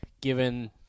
given